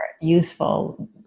useful